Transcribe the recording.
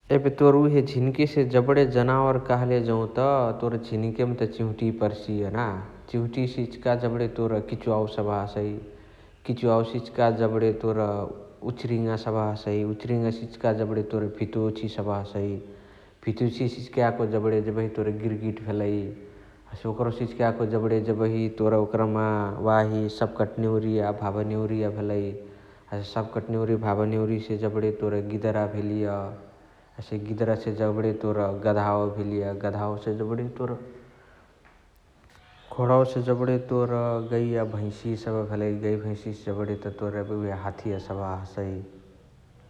एबे तोर उहे झिन्केसे जबणे जनावर कहाँले जौत तोर झिनकेमा चिहुटिया पर्सिय । चिहुटिया इचिका जबण तोर किचुवा सबह हसइ । किचुवावसे इचिका जबणे तोर उचारइङा सबह हसइ । उचारइङासे जबणे तोर भितोछी सबह हसइ । भितोछी से इचिका याको जबणे जेबही तोर गिरगिटी भेलइ । हसे ओकरहुसे इचिका याको जबणे जेबहु तोर ओकरहुमा वाही सपकटनेउरिया, भाभनेउरिया भेलइ । हसे सपकटनेउरिया, भाभनेउरियासे जबणे तोर गिडरअ भेलिय । हसे गिडरअसे जबणे तोर गदहावा भेलिय हसे गदहावासे जबणा तोर। घोणवसे तोर गैया भैसिया सबह भेलइ । गैया भैसिसे जबणे तोर हथिया सबह हसइ ।